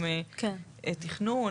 גם תכנון,